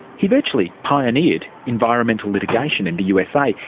he virtually pioneered environmental litigation in the usa,